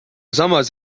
samas